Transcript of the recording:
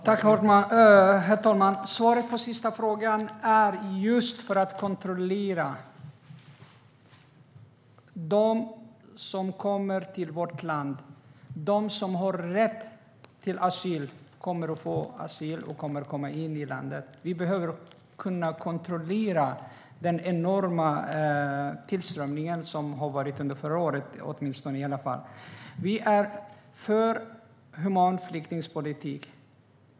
Herr talman! Svaret på sista frågan är att det är just för att kontrollera dem som kommer till vårt land. De som har rätt att få asyl kommer att få asyl och kommer att komma in i landet. Vi behöver kunna kontrollera den enorma tillströmning som åtminstone har varit under förra året. Vi är för en human flyktingpolitik.